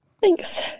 Thanks